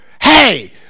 hey